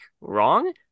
wrong